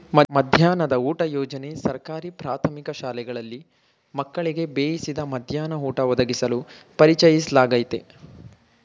ಮಧ್ಯಾಹ್ನದ ಊಟ ಯೋಜನೆ ಸರ್ಕಾರಿ ಪ್ರಾಥಮಿಕ ಶಾಲೆಗಳಲ್ಲಿ ಮಕ್ಕಳಿಗೆ ಬೇಯಿಸಿದ ಮಧ್ಯಾಹ್ನ ಊಟ ಒದಗಿಸಲು ಪರಿಚಯಿಸ್ಲಾಗಯ್ತೆ